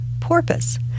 porpoise